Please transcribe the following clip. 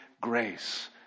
grace